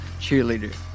cheerleader